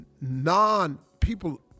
non-people